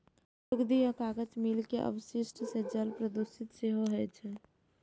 लुगदी आ कागज मिल के अवशिष्ट सं जल प्रदूषण सेहो होइ छै